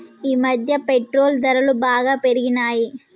ఈమధ్య పెట్రోల్ ధరలు బాగా పెరిగాయి